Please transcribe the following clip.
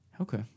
okay